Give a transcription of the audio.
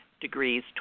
degrees